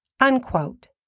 Unquote